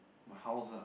my house ah